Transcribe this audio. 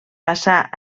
passà